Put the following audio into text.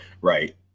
Right